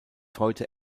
heute